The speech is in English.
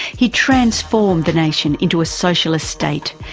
he transformed the nation into a socialist state,